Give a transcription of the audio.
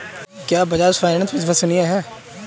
क्या बजाज फाइनेंस विश्वसनीय है?